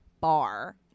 Bar